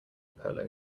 polo